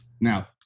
Now